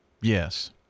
Yes